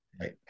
Right